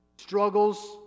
Struggles